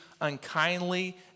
unkindly